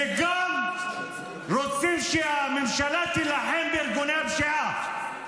וגם רוצים שהממשלה תילחם בארגוני הפשיעה,